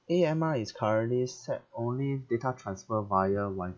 A_M_R is currently set only data transfer via wifi